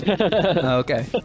Okay